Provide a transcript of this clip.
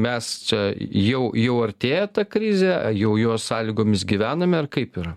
mes čia jau jau artėja ta krizė jau jos sąlygomis gyvename ar kaip yra